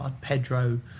Pedro